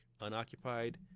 unoccupied